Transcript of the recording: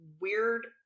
weird